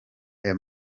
aya